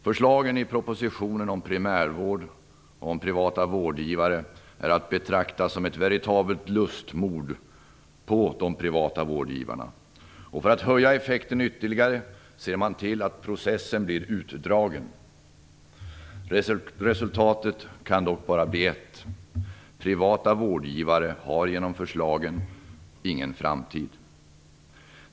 Förslaget i propositionen om primärvård och om privata vårdgivare är att betrakta som ett veritabelt lustmord på de privata vårdgivarna. För att ha ... ser man till att processen blir utdragen. Resultatet kan dock bara bli ett: Privata vårdgivare har genom förslagen ingen framtid.